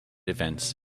events